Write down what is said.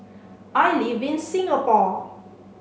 I live in Singapore